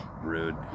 Rude